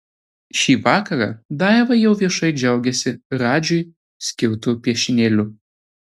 šį vakarą daiva jau viešai džiaugiasi radžiui skirtu piešinėliu